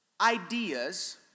ideas